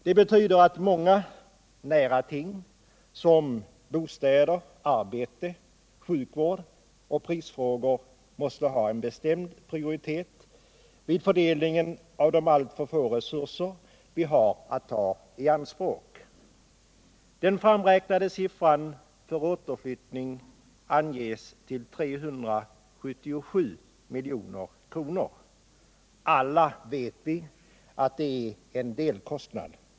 Det betyder att många nära ting som bostäder, arbete, sjukvård och priser måste ha en bestämd prioritet vid fördelningen av de alltför få resurser vi har att ta i anspråk. Den framräknade siffran för återflyttning av riksdagen till Helgeandsholmen anges till 377 milj.kr. Alla vet att det är en delkoswnad.